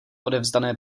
odevzdané